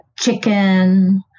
chicken